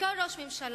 וכל ראש ממשלה,